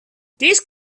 these